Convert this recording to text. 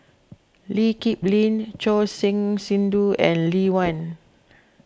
Lee Kip Lin Choor Singh Sidhu and Lee Wen